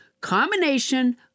combination